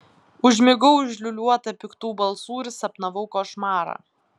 užmigau užliūliuota piktų balsų ir sapnavau košmarą